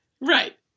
Right